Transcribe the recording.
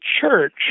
church